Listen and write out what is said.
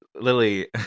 Lily